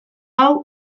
hau